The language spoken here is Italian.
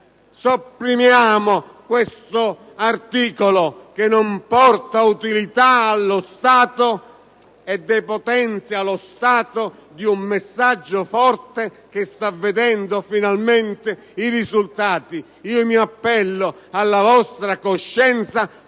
Sopprimiamo questo comma, che non porta utilità allo Stato e lo depotenzia di un messaggio forte che sta vedendo finalmente i risultati! Mi appello alla vostra coscienza,